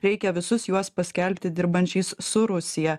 reikia visus juos paskelbti dirbančiais su rusija